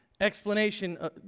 explanation